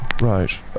right